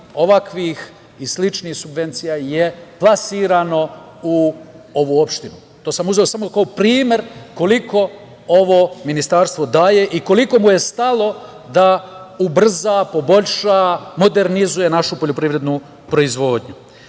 ovakvih i sličnih subvencija je plasirano u ovu opštinu. To sam uzeo samo kao primer koliko ovo ministarstvo daje i koliko mu je stalo da ubrza, poboljša, modernizuje našu poljoprivrednu proizvodnju. Nedavno